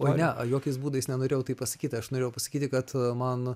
oi ne jokiais būdais nenorėjau taip pasakyti aš norėjau pasakyti kad man